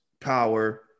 power